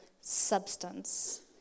substance